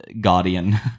guardian